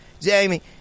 Jamie